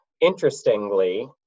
interestingly